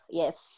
yes